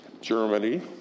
Germany